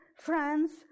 France